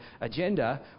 agenda